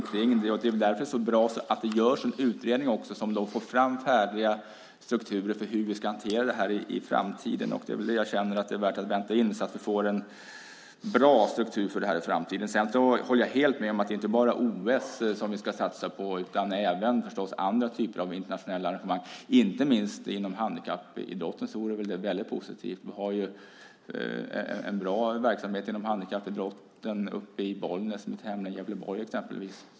Därför är det väl bra att det görs en utredning som tar fram färdiga strukturer för hur vi i framtiden ska hantera det här. Jag känner att det är värt att invänta det så att vi får en bra struktur för det här i framtiden. Jag håller helt med om att det inte bara är OS som vi ska satsa på. Vi ska förstås satsa även på andra typer av internationella arrangemang. Inte minst inom handikappidrotten vore det väl väldigt positivt. Vi har en bra verksamhet inom handikappidrotten uppe i Bollnäs i mitt hemlän Gävleborg exempelvis.